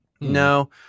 No